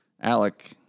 Alec